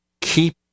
keep